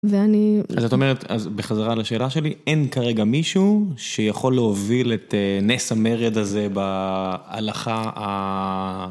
אז את אומרת, בחזרה לשאלה שלי, אין כרגע מישהו שיכול להוביל את נס המרד הזה בהלכה ה...